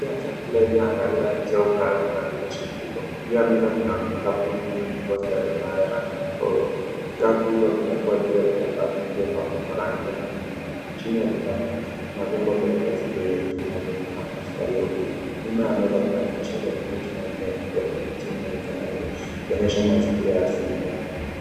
Kando ya chakula iliyoandaliwa nje au karibu na dirisha kubwa juu ya meza kuna vikapu viwili vilivyojazwa na ya rangi tofauti. Vikapu huvyo vimewekwa juu ya vitambaa vilivyo vya rangi ya kimanjano. Chini ya vikapu kuna vyombo vya glasi yenye vitu vinavyofanana sukari. Nyuma ya meza kuna dirisha na miti ya kijani kibichi inayoonekana nje ikionyesha mazingira rasmi.